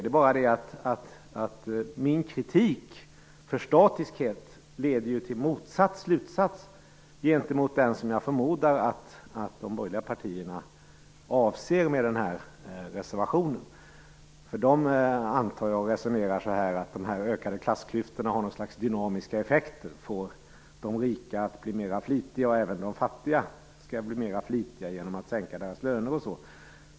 Det är bara det att min kritik av statiskheten leder till motsatt slutsats gentemot den som jag förmodar att de borgerliga partierna drar av detta, och avser med reservationen. Jag antar att de resonerar som så att de ökade klassklyftorna har någon slags dynamiska effekter - att de får de rika att bli mer flitiga, och även de fattiga genom att sänka deras löner.